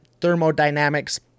thermodynamics